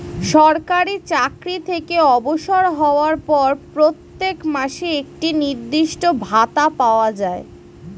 সরকারি চাকরি থেকে অবসর হওয়ার পর প্রত্যেক মাসে একটি নির্দিষ্ট ভাতা পাওয়া যায়